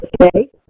Okay